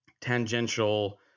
tangential